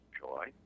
joy